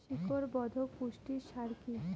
শিকড় বর্ধক পুষ্টি সার কি?